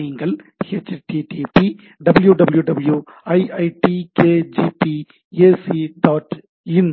நீங்கள் "http www iitkgp ac dot in"